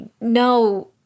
no